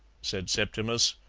said septimus,